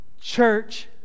Church